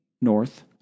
North